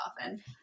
often